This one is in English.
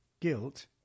Guilt